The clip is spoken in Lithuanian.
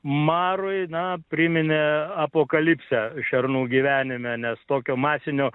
marui na priminė apokalipsę šernų gyvenime nes tokio masinio